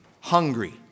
Hungry